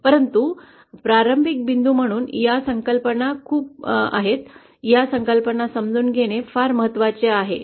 परंतु प्रारंभिक बिंदू म्हणून या संकल्पना खूप आहेत या संकल्पना समजून घेणे फार महत्वाचे आहे